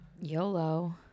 yolo